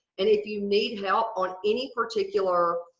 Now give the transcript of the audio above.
and if you need help on any particular